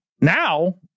Now